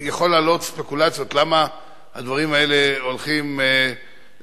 יכול להעלות ספקולציות למה הדברים האלה הולכים סביב